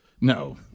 No